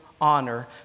Honor